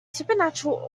supernatural